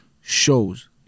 shows